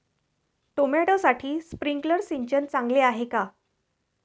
टोमॅटोसाठी स्प्रिंकलर सिंचन चांगले आहे का?